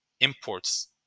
imports